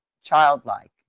childlike